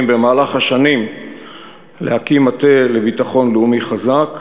במהלך השנים להקים מטה לביטחון לאומי חזק,